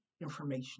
information